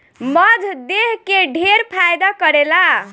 मध देह के ढेर फायदा करेला